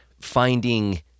finding